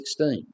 16